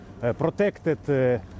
protected